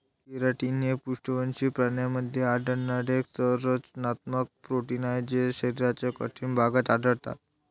keratin हे पृष्ठवंशी प्राण्यांमध्ये आढळणारे एक संरचनात्मक प्रोटीन आहे जे शरीराच्या कठीण भागात आढळतात